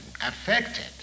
affected